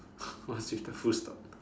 what's with the full stop